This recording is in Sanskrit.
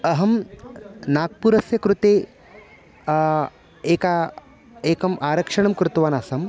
अहं नाग्पुरस्य कृते एकम् एकम् आरक्षणं कृतवान् आसम्